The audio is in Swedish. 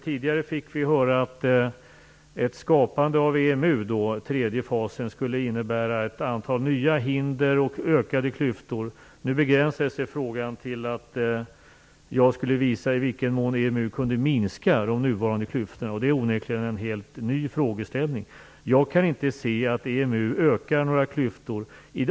Tidigare fick vi höra att skapandet av EMU, den tredje fasen, skulle innebära ett antal nya hinder och ökade klyftor. Nu begränsade sig frågan till att jag skulle visa i vilken mån EMU kan minska de nuvarande klyftorna. Det är onekligen en helt ny frågeställning. Jag kan inte se att EMU ökar några klyftor.